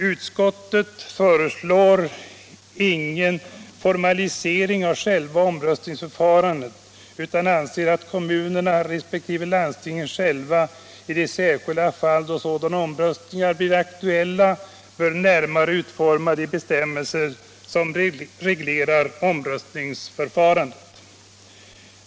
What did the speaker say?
Utskottet föreslår ingen formalisering av själva omröstningsförfarandet utan anser att kommunerna resp. landstingen själva i de särskilda fall då sådana omröstningar blir aktuella bör närmare utforma de bestämmelser som reglerar omröstningsförfarandet.